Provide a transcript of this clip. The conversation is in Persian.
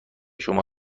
شما